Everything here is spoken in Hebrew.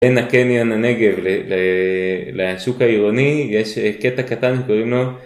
בין הקניון הנגב להשוק העירוני ישקץ קטע קטן וקוראים לו